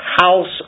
house